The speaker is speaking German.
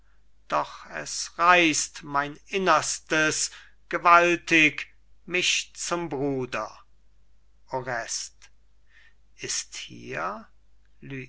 doch es reißt mein innerstes gewaltig mich zum bruder orest ist hier